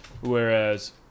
Whereas